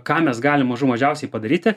ką mes galim mažų mažiausiai padaryti